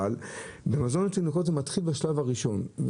אבל במזון לתינוקות זה מתחיל בשלב הראשון,